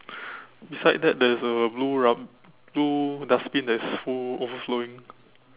beside that there is blue rub~ blue dustbin that is full overflowing